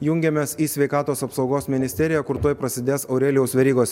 jungiamės į sveikatos apsaugos ministeriją kur tuoj prasidės aurelijaus verygos